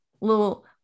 little